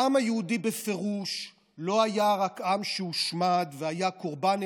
העם היהודי בפירוש לא היה רק עם שהושמד והיה קורבן,